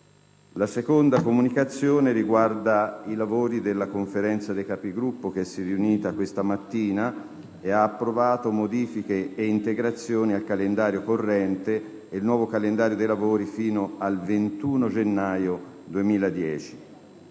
ora le decisioni assunte dalla Conferenza dei Capigruppo, che si è riunita questa mattina ed ha approvato modifiche e integrazioni al calendario corrente e il nuovo calendario dei lavori fino al 21 gennaio 2010.